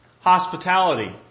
hospitality